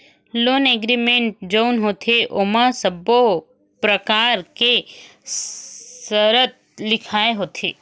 loan agreement जउन होथे ओमा सब्बो परकार के सरत लिखाय होथे